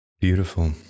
Beautiful